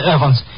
Evans